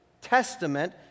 testament